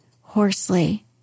hoarsely